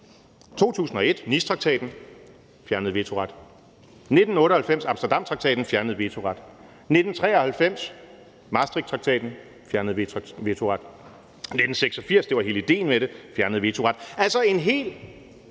2001, Nicetraktaten: fjernet vetoret. 1998, Amsterdamtraktaten: fjernet vetoret. 1993, Maastrichttraktaten: fjernet vetoret. 1986 – det var hele idéen med det: fjernet vetoret. Altså en hel